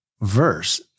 verse